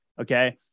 okay